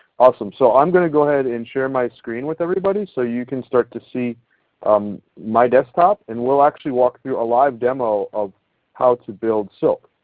awesome. so i'm going to go ahead and share my screen with everybody so you can start to see um my desktop. and we'll actually walk through a live demo of how to build silk,